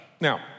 Now